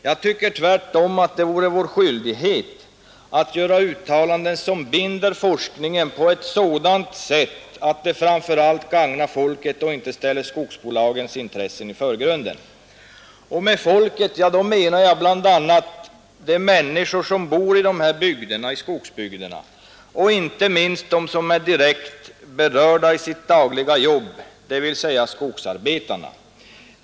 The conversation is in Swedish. Jag tycker tvärtom att det är vår skyldighet att göra uttalanden som binder forskningen på ett sådant sätt att den framför allt gagnar folket och inte ställer skogsbolagens intressen i förgrunden. Med folket menar jag bl.a. de människor som bor i dessa bygder och inte minst de som är direkt berörda i sitt dagliga arbete — dvs. skogsarbetarna.